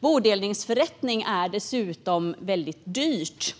Bodelningsförrättning är dessutom väldigt dyrt.